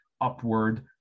upward